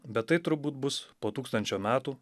bet tai turbūt bus po tūkstančio metų